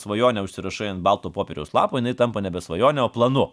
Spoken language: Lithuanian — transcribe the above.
svajonę užsirašai ant balto popieriaus lapo jinai tampa nebe svajone o planu